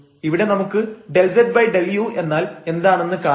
ഇവിടെ നമുക്ക് ∂z∂u എന്നാൽ എന്താണെന്ന് കാണണം